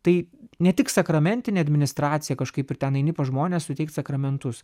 tai ne tik sakramentinė administracija kažkaip ir ten eini pas žmones suteikt sakramentus